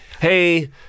hey